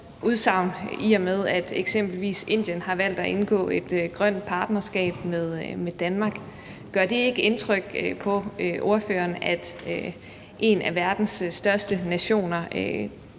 udsagn, i og med at eksempelvis Indien har valgt at indgå et grønt partnerskab med Danmark. Gør det ikke indtryk på ordføreren, at en af verdens største nationer